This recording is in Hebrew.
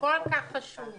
וחשוב